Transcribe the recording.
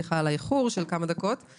סליחה על האיחור של כמה דקות.